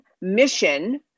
mission